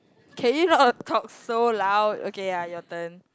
can you not talk so loud okay ya your turn